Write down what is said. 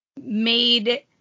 made